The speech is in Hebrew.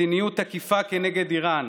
מדיניות תקיפה כנגד איראן